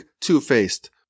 two-faced